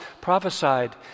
prophesied